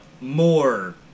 more